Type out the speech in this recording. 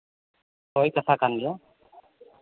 ᱥᱟᱹᱨᱤ ᱠᱟᱛᱷᱟ ᱠᱟᱱ ᱜᱮᱭᱟ